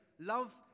Love